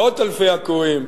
מאות אלפי עקורים,